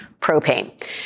propane